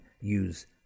use